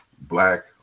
black